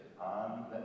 on